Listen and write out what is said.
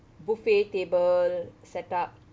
buffet table set up